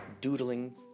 Doodling